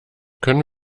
können